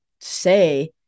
say